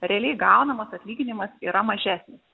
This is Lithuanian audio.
realiai gaunamas atlyginimas yra mažesnis